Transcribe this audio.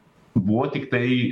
buvo tiktai